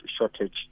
shortage